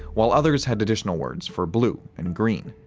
while others had additional words for blue and green.